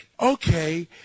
Okay